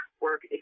work